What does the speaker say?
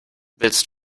willst